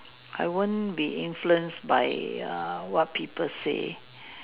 I won't be influenced by err what people say